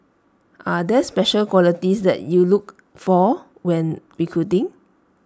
are there special qualities that you look for when recruiting